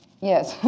Yes